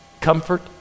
comfort